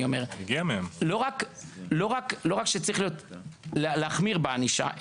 לא רק שצריך להחמיר בענישה,